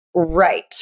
Right